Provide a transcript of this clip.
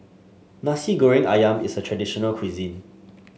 Nasi Goreng ayam is a traditional cuisine